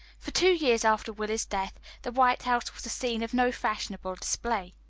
for two years after willie's death the white house was the scene of no fashionable display.